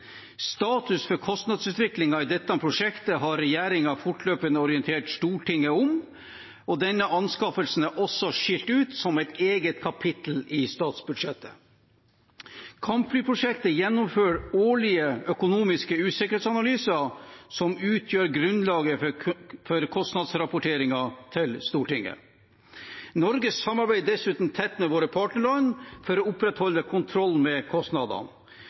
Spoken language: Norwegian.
Status for kostnadsutviklingen i dette prosjektet har regjeringen fortløpende orientert Stortinget om, og denne anskaffelsen er også skilt ut som et eget kapittel i statsbudsjettet. Kampflyprosjektet gjennomfører årlige økonomiske usikkerhetsanalyser, som utgjør grunnlaget for kostnadsrapporteringen til Stortinget. Norge samarbeider dessuten tett med våre partnerland for å opprettholde kontroll med kostnadene.